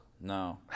No